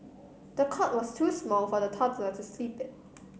the cot was too small for the toddler to sleep in